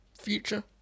future